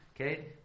Okay